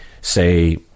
say